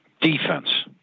Defense